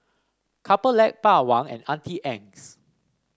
Couple Lab Bawang and Auntie Anne's